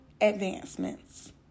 advancements